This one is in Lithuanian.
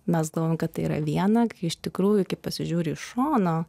mes galvojom kad tai yra viena iš tikrųjų kai pasižiūri iš šono